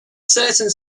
certain